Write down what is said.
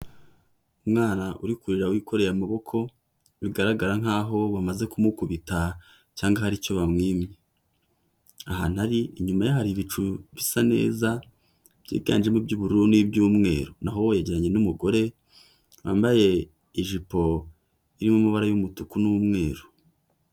Umwana uri kurira wikoreye amaboko, bigaragara nk'a bamaze kumukubita cyangwa hari icyo bamwimye. Aha inyuma hari ibicu bisa neza, byiganjemo ib'yubururu n'iy'umweru naho yageranye n'umugore, wambaye ijipo irimo amabara y'umutuku n'umweru.